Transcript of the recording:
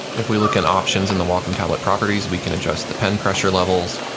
if we look in options in the wacom tablet properties, we can adjust the pen pressure levels,